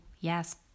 yes